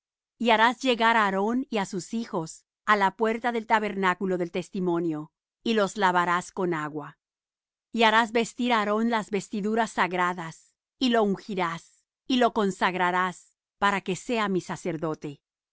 y harás llegar á aarón y á sus hijos á la puerta del tabernáculo del testimonio y los lavarás con agua y harás vestir á aarón las vestiduras sagradas y lo ungirás y lo consagrarás para que sea mi sacerdote